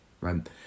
right